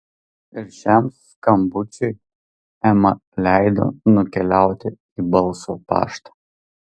ir šiam skambučiui ema leido nukeliauti į balso paštą